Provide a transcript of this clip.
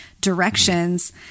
directions